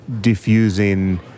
diffusing